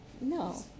No